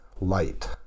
light